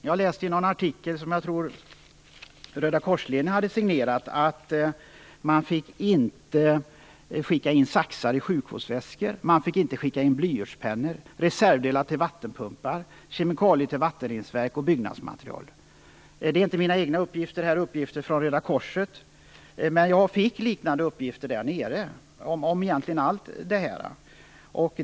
Jag läste i en artikel som jag tror att Röda kors-ledningen hade signerat att man inte får skicka saxar i sjukvårdsväskor, blyertspennor, reservdelar till vattenpumpar, kemikalier till vattenreningsverk och byggnadsmaterial. Uppgifterna är inte mina egna, de är Röda korsets. Men jag fick liknande uppgifter i Irak om allt detta.